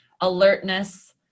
alertness